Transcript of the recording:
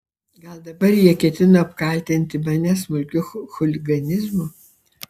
gal dabar jie ketino apkaltinti mane smulkiu chuliganizmu